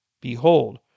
Behold